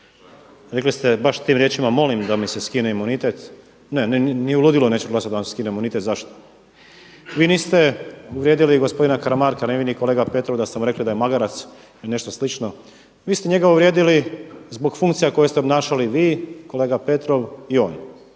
rekli ste baš tim riječima molim da mi se skine imunitet. Ni u ludilu neću glasati da vam se skine imunitet. Zašto? Vi niste uvrijedili gospodina Karamarka, ni vi ni kolega Petrov da ste mu rekli da je magarac ili nešto slično, vi ste njega uvrijedili zbog funkcija koje ste obnašali vi, kolega Petrov i on,